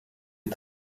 est